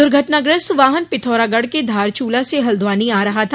दुर्घटनाग्रस्त वाहन पिथौरागढ़ के धारचूला से हल्द्वानी आ रहा था